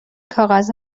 کاغذ